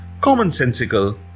commonsensical